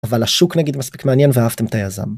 אבל השוק נגיד מספיק מעניין ואהבתם את היזם.